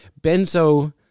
benzo